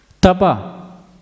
Tapa